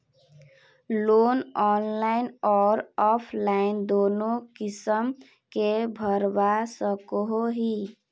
Loan online आर offline दोनों किसम के भरवा सकोहो ही?